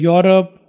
Europe